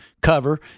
cover